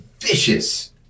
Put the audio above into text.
vicious